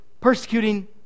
persecuting